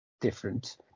different